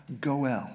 goel